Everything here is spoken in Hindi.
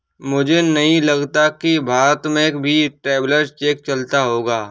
मुझे नहीं लगता कि भारत में भी ट्रैवलर्स चेक चलता होगा